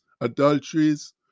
adulteries